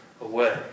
away